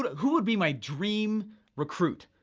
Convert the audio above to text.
who would be my dream recruit,